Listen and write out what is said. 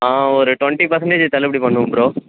ஒரு twenty percentage தள்ளுபடி பண்ணுவோம் ப்ரோ